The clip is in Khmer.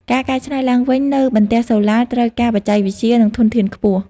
ការកែច្នៃឡើងវិញនូវបន្ទះសូឡាត្រូវការបច្ចេកវិទ្យា និងធនធានខ្ពស់។